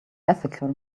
ethical